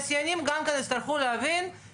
ואז בונים את זה בדיוק איך ש בנושא הזה איך שבנו את זה כאן,